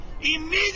Immediately